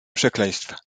przekleństw